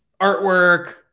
artwork